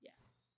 Yes